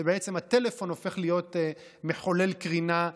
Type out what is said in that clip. ובעצם הטלפון הופך להיות מחולל קרינה.